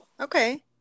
Okay